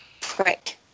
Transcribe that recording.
prick